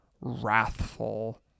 wrathful